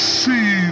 see